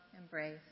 embrace